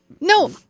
no